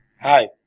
Hi